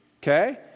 Okay